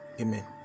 Amen